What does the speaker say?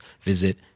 visit